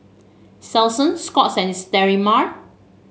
Selsun Scott's and Sterimar